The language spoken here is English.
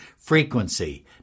frequency